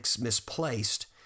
misplaced